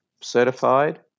certified